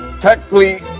Technically